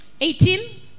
Eighteen